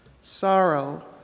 sorrow